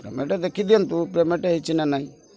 payment ଦେଖିଦିଅନ୍ତୁ payment ହେଇଛି ନା ନାହିଁ